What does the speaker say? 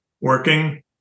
working